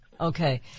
Okay